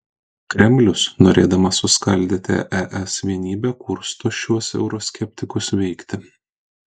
kremlius norėdamas suskaldyti es vienybę kursto šiuos euroskeptikus veikti